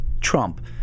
Trump